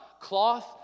Cloth